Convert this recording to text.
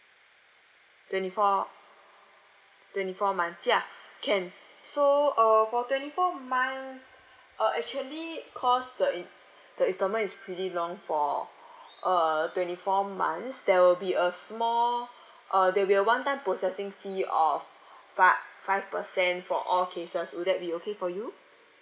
twenty four twenty four months ya can so uh for twenty four months uh actually cause the in~ the instalment is pretty long for uh twenty four months there will be a small uh there'll be a one time processing fee of fi~ five percent for all cases will that be okay for you